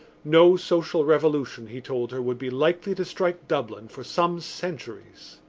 no social revolution, he told her, would be likely to strike dublin for some centuries.